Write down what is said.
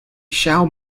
shall